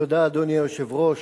אדוני היושב-ראש,